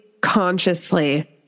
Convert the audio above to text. consciously